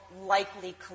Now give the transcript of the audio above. likely